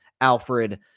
Alfred